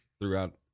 throughout